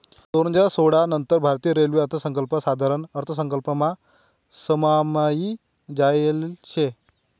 दोन हजार सोळा नंतर भारतीय रेल्वे अर्थसंकल्प साधारण अर्थसंकल्पमा समायी जायेल शे